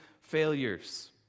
failures